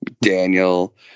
Daniel